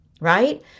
right